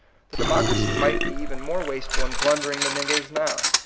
the democracy might be even more wasteful and blundering than it is now.